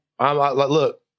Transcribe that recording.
Look